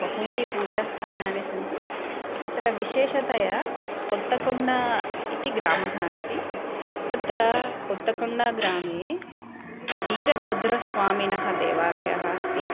बहूनि पूजास्थानानि सन्ति तत्र विशेषतया कोत्तकोण्ड इति ग्रामः अस्ति तत्र कोत्तकोण्डग्रामे वीरभद्रस्वामिनः देवालयः अस्ति